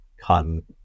cotton